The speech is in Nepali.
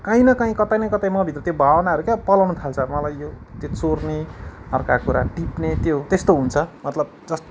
कहीँ न कहीँ कतै न कतै मभित्र त्यो भावनाहरू क्या पलाउनु थाल्छ मलाई यो त्यो चोर्ने अर्काको कुरा टिप्ने त्यो त्यस्तो हुन्छ मतलब